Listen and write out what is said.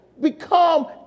become